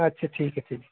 اچھا ٹھیک ہے ٹھیک ہے